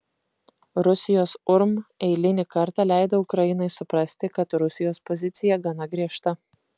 rusijos urm eilinį kartą leido ukrainai suprasti kad rusijos pozicija gana griežta